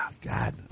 God